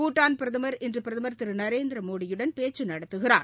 பூடான் பிரதமர் இன்று பிரதமர் திரு நரேந்திரமோடியுடன் பேச்சு நடத்துகிறார்